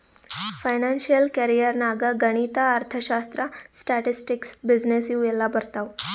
financial career ನಾಗ್ ಗಣಿತ, ಅರ್ಥಶಾಸ್ತ್ರ, ಸ್ಟ್ಯಾಟಿಸ್ಟಿಕ್ಸ್, ಬಿಸಿನ್ನೆಸ್ ಇವು ಎಲ್ಲಾ ಬರ್ತಾವ್